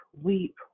weep